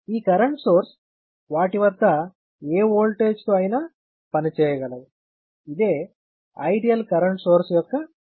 ఈ current source వాటి వద్ద ఏ ఓల్టేజ్తో అయినా పనిచేయగలవు ఇదే ఐడియల్ కరెంట్ సోర్స్ యొక్క అర్థం